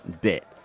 bit